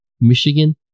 Michigan